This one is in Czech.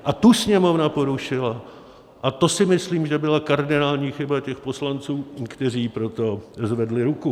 A tu Sněmovna porušila a to si myslím, že byla kardinální chyba těch poslanců, kteří pro to zvedli ruku.